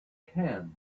can